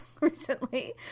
recently